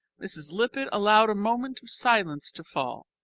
mrs. lippett allowed a moment of silence to fall,